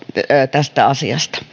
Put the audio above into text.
tästä asiasta